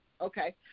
Okay